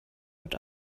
wird